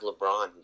LeBron